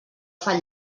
fan